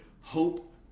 hope